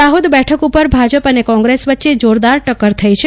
દાહોદ બેઠક ઉપર ભાજપ અને કોંગ્રેસ વચ્ચે જોરદાર ટક્કર થઇ છે